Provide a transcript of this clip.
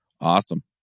Awesome